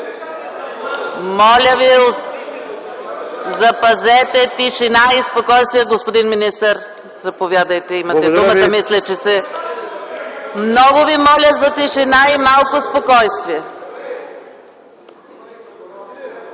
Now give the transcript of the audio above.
Моля ви, запазете тишина и спокойствие. Господин министър, заповядайте, имате думата. Много ви моля за тишина и малко спокойствие.